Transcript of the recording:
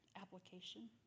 application